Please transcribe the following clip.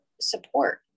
support